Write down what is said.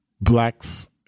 blacks